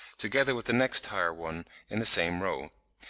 together with the next higher one in the same row,